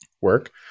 work